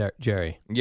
Jerry